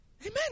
amen